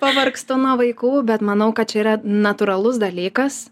pavargstu nuo vaikų bet manau kad čia yra natūralus dalykas